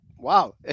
Wow